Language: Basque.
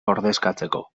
ordezkatzeko